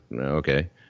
okay